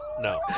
No